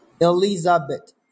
Elizabeth